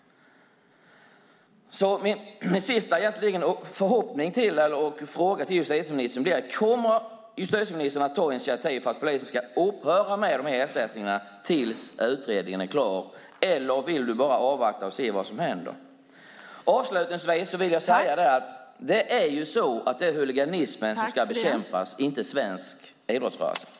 Min sista fråga till justitieministern blir: Kommer justitieministern att ta initiativ för att polisen ska upphöra med de här ersättningarna tills utredningen är klar? Eller vill du bara avvakta och se vad som händer? Avslutningsvis vill jag säga att det är huliganismen som ska bekämpas, inte svensk idrottsrörelse.